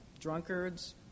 drunkards